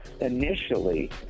Initially